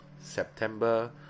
September